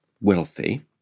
wealthy